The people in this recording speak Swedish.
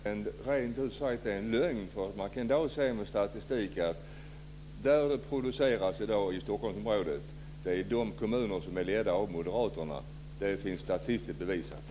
Herr talman! Det sista som Lars-Erik Lövdén sade var rent ut sagt en lögn. Man kan avläsa i statistiken att där det produceras bostäder i dag i Stockholmsområdet är i de kommuner som leds av moderaterna. Det är statistiskt bevisat.